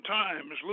times